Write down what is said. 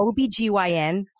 OBGYN